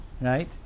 Right